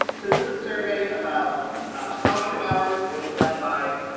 this is a survey about scholarship hours, it was done by